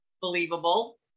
believable